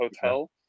hotel